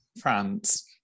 France